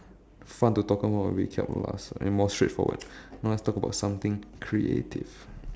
fun to talk about we can laugh and more straightforward you know let's talk about something creative